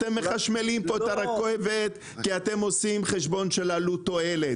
אתם מחשמלים פה את הרכבת כי אתם עושים חשבון של עלות-תועלת.